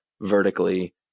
vertically